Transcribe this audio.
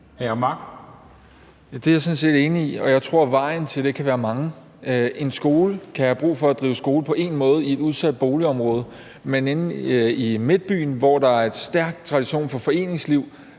Mark (SF): Det er jeg sådan set enig i, og jeg tror, at vejen til det kan være mange. Én skole kan have brug for at drive skole på én måde i et udsat boligområde, men inde i midtbyen, hvor der er stærk tradition for foreningsliv,